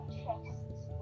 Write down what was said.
chests